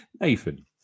Nathan